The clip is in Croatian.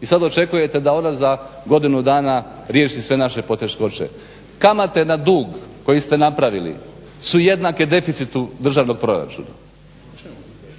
i sad očekujete da ona za godinu dana riješi sve naše poteškoće. Kamate na dug koji ste napravili su jednake deficitu državnog proračuna,